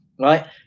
right